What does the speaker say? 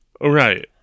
Right